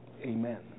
Amen